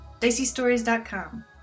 diceystories.com